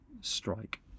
strike